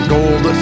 Gold